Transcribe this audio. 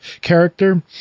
character